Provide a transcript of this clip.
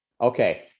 Okay